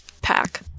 pack